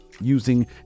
using